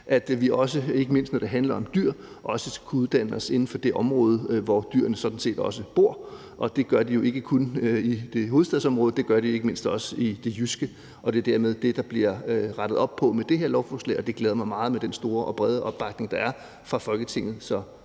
at vi også, ikke mindst når det handler om dyr, skal kunne uddanne os inden for det område, hvor dyrene sådan set også bor, og det gør de jo ikke kun i hovedstadsområdet, det gør de ikke mindst også i det jyske. Det er dermed det, der bliver rettet op på med det her lovforslag, og det glæder mig meget med den store og brede opbakning, der er fra Folketinget,